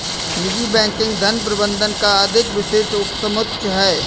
निजी बैंकिंग धन प्रबंधन का अधिक विशिष्ट उपसमुच्चय है